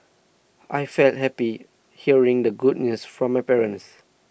I felt happy hearing the good news from my parents